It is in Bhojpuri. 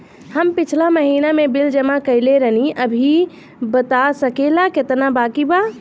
हम पिछला महीना में बिल जमा कइले रनि अभी बता सकेला केतना बाकि बा?